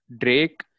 Drake